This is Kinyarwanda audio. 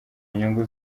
nyungu